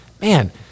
man